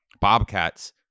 bobcats